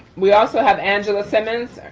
we also have angela simmons,